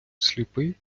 сліпий